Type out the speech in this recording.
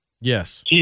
Yes